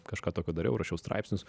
kažką tokio dariau rašiau straipsnius